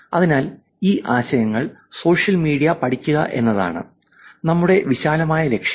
അതിനാൽ ഈ ആശയങ്ങൾ സോഷ്യൽ മീഡിയയിൽ പഠിക്കുക എന്നതാണ് നമ്മുടെ വിശാലമായ ലക്ഷ്യം